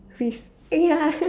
freeze eh ya